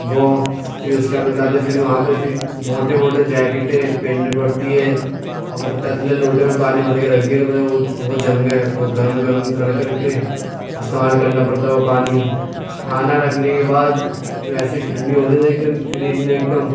وہ پھر اس کے بعد بتاتے پھر وہاں پہ پھر موٹے ووٹے جیکیٹیں پہننی پڑتی ہے اور پتہ چلے لوٹے میں پانی بھر کے رکھ دیا وہ جم گیا تو گرم کر كر کے استعمال کرنا پڑتا ہے وہ پانی کھانا رکھنے کے بعد جو ایسی ٹھنڈی ہوتی تھی کہ ایک دم فریج میں ایک دم